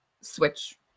switch